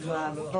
מאה אחוז?